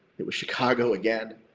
it was chicago again.